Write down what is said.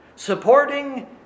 Supporting